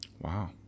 Wow